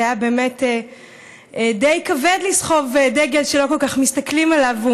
זה היה באמת די כבד לסחוב דגל שלא כל כך מסתכלים עליו,